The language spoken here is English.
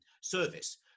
service